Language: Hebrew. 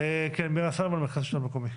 מירה סלומון ממרכז השלטון המקומי.